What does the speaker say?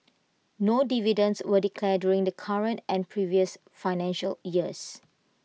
no dividends were declared during the current and previous financial years